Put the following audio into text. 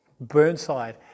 Burnside